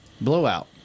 Blowout